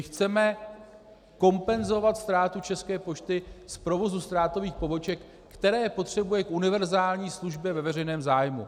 Chceme kompenzovat ztrátu České pošty z provozu ztrátových poboček, které potřebuje k univerzální službě ve veřejném zájmu.